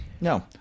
No